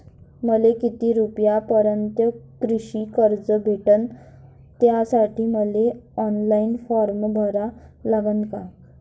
मले किती रूपयापर्यंतचं कृषी कर्ज भेटन, त्यासाठी मले ऑनलाईन फारम भरा लागन का?